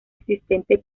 existente